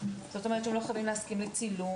זאת אומרת שהם לא חייבים להסכים לצילום,